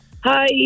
Hi